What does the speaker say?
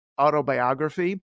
autobiography